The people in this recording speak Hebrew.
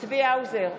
צבי האוזר,